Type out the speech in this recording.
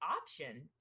option